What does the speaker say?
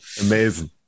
Amazing